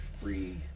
free